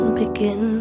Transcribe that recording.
begin